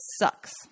sucks